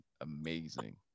amazing